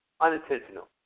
Unintentional